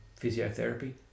physiotherapy